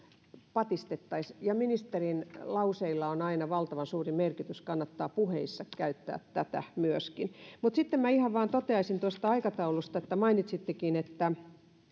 patistettaisiin ja ministerin lauseilla on aina valtavan suuri merkitys kannattaa puheissa käyttää tätä myöskin mutta sitten minä ihan vain toteaisin tuosta aikataulusta mainitsittekin että